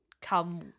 come